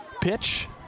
pitch